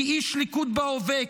כאיש ליכוד בהווה,